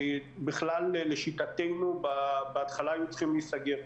רוב השירותים הקהילתיים בכלל לשיטתנו בהתחלה היו צריכים להיסגר.